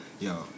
Yo